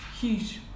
huge